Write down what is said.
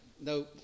no